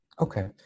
Okay